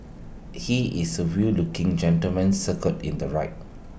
he is suave looking gentleman circled in the right